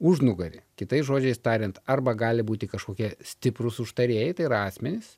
užnugarį kitais žodžiais tariant arba gali būti kažkokie stiprūs užtarėjai tai yra asmenys